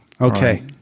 Okay